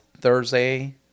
Thursday